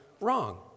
wrong